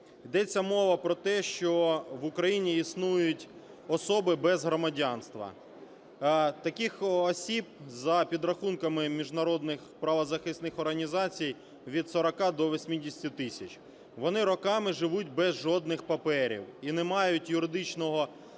Йдеться мова про те, що в Україні існують особи без громадянства. Таких осіб за підрахунками міжнародних правозахисних організацій від 40 до 80 тисяч. Вони роками живуть без жодних паперів і не мають юридичного права, жодна